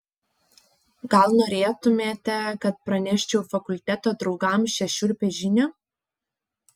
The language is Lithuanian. gal norėtumėte kad praneščiau fakulteto draugams šią šiurpią žinią